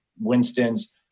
Winston's